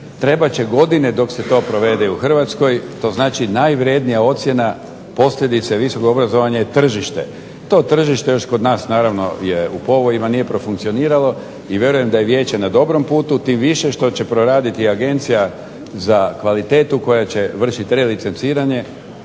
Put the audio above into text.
Trebat će godine dok se to provede u Hrvatskoj. To znači najvrjednija ocjena posljedice visokog obrazovanja je tržište. To tržište još kod nas naravno je u povojima, nije profunkcioniralo i vjerujem da je vijeće na dobrom putu, tim više što će proraditi Agencija za kvalitetu koja će vršit relicenciranje